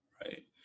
right